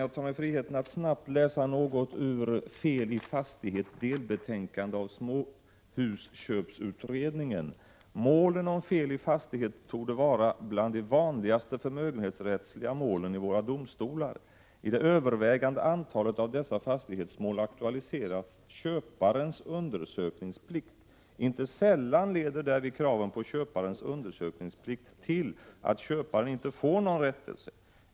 Jag tar mig friheten att snabbt läsa något ur Fel i fastighet, delbetänkande av småhusköpsutredningen: ”Målen om fel i fastighet torde vara bland de vanligaste förmögenhetsrättsliga målen i våra domstolar. I det övervägande antalet av dessa fastighetsmål aktualiseras köparens undersökningsplikt. Inte sällan leder därvid kraven på köparens undersökningsplikt till att köparen inte får någon rättelse.